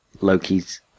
Loki's